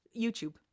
YouTube